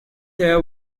hair